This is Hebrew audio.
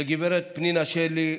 לגב' פנינה שלי,